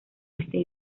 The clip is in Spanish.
este